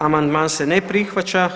Amandman se ne prihvaća.